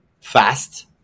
fast